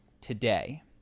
today